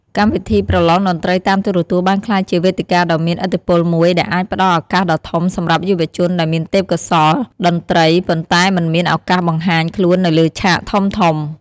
កម្មវិធីប្រលងតន្ត្រីតាមទូរទស្សន៍បានក្លាយជាវេទិកាដ៏មានឥទ្ធិពលមួយដែលអាចផ្តល់ឱកាសដ៏ធំសម្រាប់យុវជនដែលមានទេពកោសល្យតន្ត្រីប៉ុន្តែមិនមានឱកាសបង្ហាញខ្លួននៅលើឆាកធំៗ។